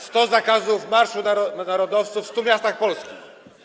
100 zakazów marszu narodowców w 100 miastach Polski.